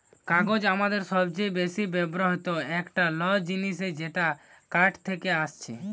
কাগজ আমাদের সবচে বেশি ব্যবহৃত একটা ল জিনিস যেটা কাঠ থেকে আসছে